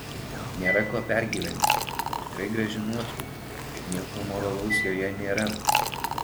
nėra ko pergyventi tikrai graži nuotrauka ir nieko amoralaus joje nėra